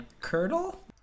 curdle